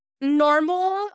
normal